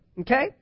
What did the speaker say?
okay